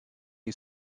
you